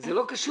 זה לא קשור.